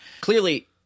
Clearly